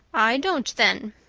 i don't then,